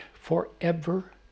forever